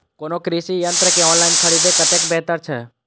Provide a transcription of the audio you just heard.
कोनो कृषि यंत्र के ऑनलाइन खरीद कतेक बेहतर छै?